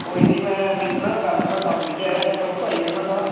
कोई नेईं में दिक्खना कल्ल थोह्ड़ा कम्म बी ऐ परसों आई जन्ना आं